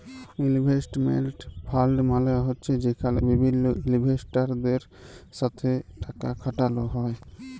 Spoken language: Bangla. ইলভেসেটমেল্ট ফালড মালে হছে যেখালে বিভিল্ল ইলভেস্টরদের সাথে টাকা খাটালো হ্যয়